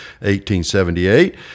1878